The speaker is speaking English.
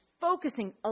focusing